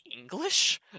English